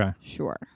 sure